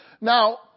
Now